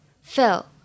Phil